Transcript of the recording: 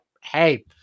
hey